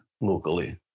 locally